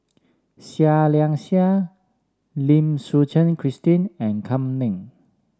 Seah Liang Seah Lim Suchen Christine and Kam Ning